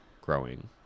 growing